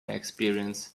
experience